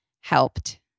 helped